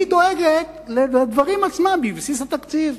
היא דואגת לדברים עצמם בבסיס התקציב,